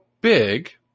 big